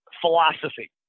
philosophy